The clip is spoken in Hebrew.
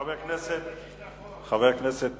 חבר הכנסת